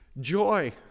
Joy